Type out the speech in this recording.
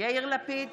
יאיר לפיד,